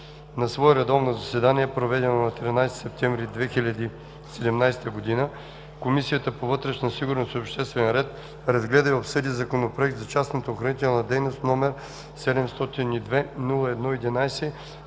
На свое редовно заседание, проведено на 13 септември 2017, Комисията по вътрешна сигурност и обществен ред разгледа и обсъди Законопроект за частната охранителна дейност, № 702-01-11,